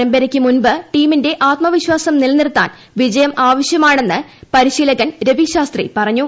പരമ്പരയ്ക്കു മുൻപ് ടീമിന്റെ ആത്മവിശ്വാസം നിലനിർത്താൻ വിജയം ആവശ്യമാണെന്ന് പരിശീലകൻ രവി ശാസ്ത്രി പറഞ്ഞു